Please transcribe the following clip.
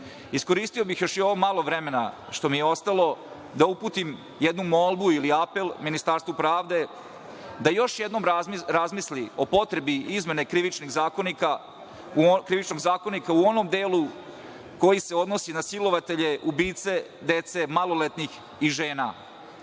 imenom. Iskoristio bih još ovo malo vremena, što mi je ostalo, da uputim jednu molbu ili apel Ministarstvu pravde da još jednom razmisli o potrebi izmene Krivičnog zakonika u onom delu koji se odnosi na silovatelje, ubice dece, maloletnih i žena.